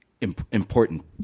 important